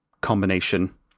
combination